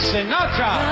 Sinatra